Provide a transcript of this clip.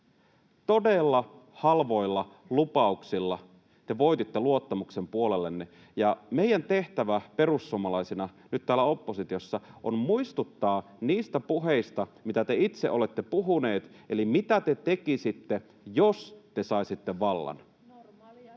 Todella halvoilla lupauksilla te voititte luottamuksen puolellenne. Meidän tehtävä perussuomalaisina nyt täällä oppositiossa on muistuttaa niistä puheista, mitä te itse olette puhuneet, eli mitä te tekisitte, jos te saisitte vallan.